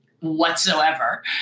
Whatsoever